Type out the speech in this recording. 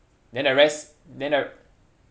then the rest then the r~